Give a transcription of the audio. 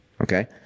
Okay